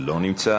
לא נמצא.